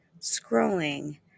scrolling